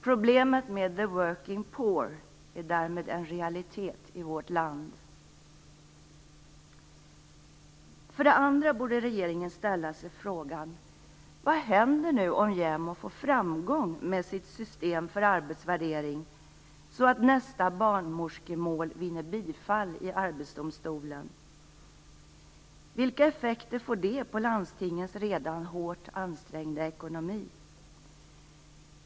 Problemet med the working poor är därmed en realitet i vårt land. Dessutom borde regeringen ställa sig frågan vad som händer om JämO får framgång med sitt system för arbetsvärdering så att nästa barnmorskemål vinner bifall i Arbetsdomstolen. Vilka effekter får det på landstingens redan hårt ansträngda ekonomi?